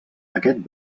aquest